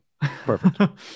Perfect